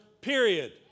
period